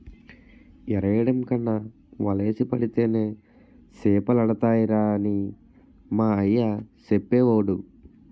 ఎరెయ్యడం కన్నా వలేసి పడితేనే సేపలడతాయిరా అని మా అయ్య సెప్పేవోడు